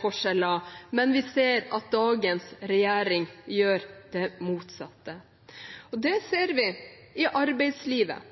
forskjeller, men vi ser at dagens regjering gjør det motsatte. Det ser vi i arbeidslivet,